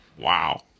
Wow